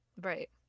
Right